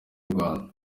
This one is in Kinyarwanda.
rwanda